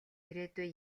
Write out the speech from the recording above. ирээдүй